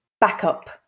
Backup